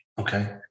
Okay